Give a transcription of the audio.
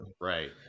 right